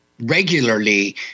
regularly